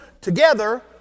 together